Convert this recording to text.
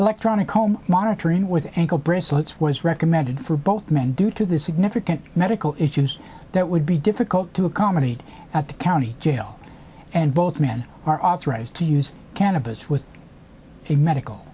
electronic home monitoring with ankle bracelets was recommended for both men due to the significant medical issues that would be difficult to accommodate at the county jail and both men are authorized to use cannabis with a medical